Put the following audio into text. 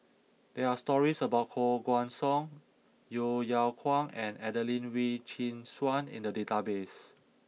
there are stories about Koh Guan Song Yeo Yeow Kwang and Adelene Wee Chin Suan in the database